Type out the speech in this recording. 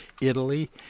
Italy